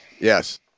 Yes